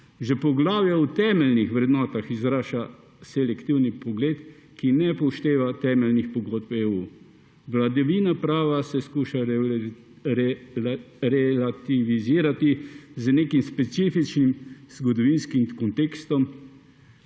Že poglavje o temeljnih vrednotah izraža selektiven pogled, ki ne upošteva temeljnih pogodb EU. Vladavina prava se skuša relativizirati z nekim specifičnim zgodovinskim kontekstom,